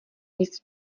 nic